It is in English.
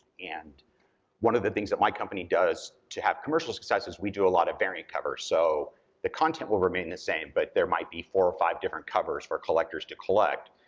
and one of the things that my company does to have commercial success is we do a log of variant covers, so the content will remain the same, but there might be four or five different covers for collectors to collect.